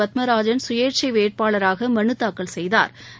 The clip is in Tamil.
பத்மராஜன் சுயேட்சை வேட்பாளராக மனுத்தாக்கல் செய்தாா்